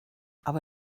aber